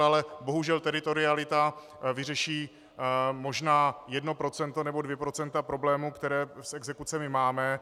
Ale bohužel teritorialita vyřeší možná jedno procento nebo dvě procenta problémů, které s exekucemi máme.